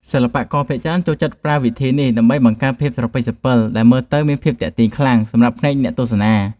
សិល្បករភាគច្រើនចូលចិត្តប្រើវិធីនេះដើម្បីបង្កើតភាពស្រពេចស្រពិលដែលមើលទៅមានភាពទាក់ទាញខ្លាំងសម្រាប់ភ្នែកអ្នកទស្សនា។